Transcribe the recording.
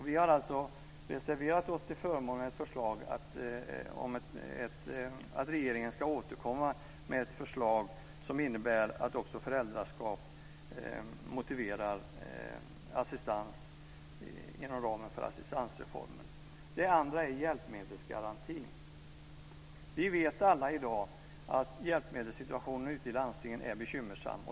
Vi har reserverat oss till förmån för att regeringen ska återkomma med ett förslag som innebär att också föräldraskap motiverar assistans inom ramen för assistansreformen. Det andra gäller hjälpmedelsgarantin. Vi vet alla i dag att hjälpmedelssituationen ute i landstingen är bekymmersam.